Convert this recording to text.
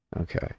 Okay